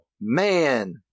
Man